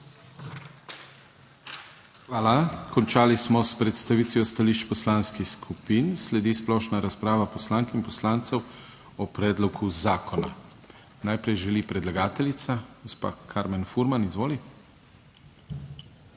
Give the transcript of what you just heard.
Hvala. Končali smo s predstavitvijo stališč poslanskih skupin. Sledi splošna razprava poslank in poslancev o predlogu zakona. Najprej želi predlagateljica, gospa Karmen Furman, izvoli.